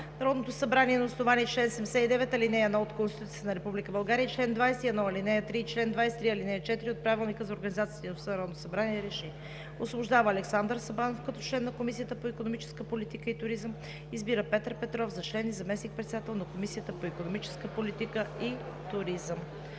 Народното събрание на основание чл. 79, ал. 1 от Конституцията на Република България и чл. 21, ал. 3 и чл. 23, ал. 4 от Правилника за организацията и дейността на Народното събрание РЕШИ: 1. Освобождава Александър Сабанов като член на Комисията по икономическа политика и туризъм. 2. Избира Петър Петров за член и заместник-председател на Комисията по икономическа политика и туризъм.“